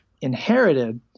inherited